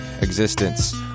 existence